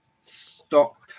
stop